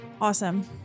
Awesome